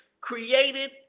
created